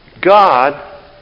God